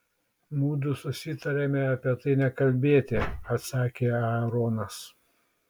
mudu susitarėme apie tai nekalbėti atsakė aaronas